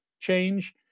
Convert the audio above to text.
change